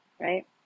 right